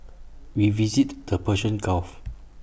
we visited the Persian gulf